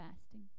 fasting